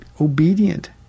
obedient